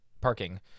parking